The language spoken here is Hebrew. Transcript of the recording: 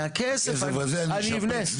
מהכסף אני אבנה,